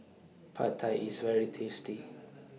Pad Thai IS very tasty